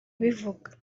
abivuga